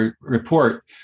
report